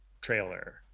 trailer